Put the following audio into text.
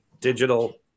digital